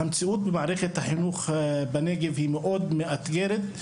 המציאות במערכת החינוך בנגב היא מאוד מאתגרת.